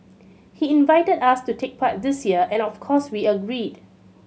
he invited us to take part this year and of course we agreed